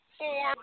four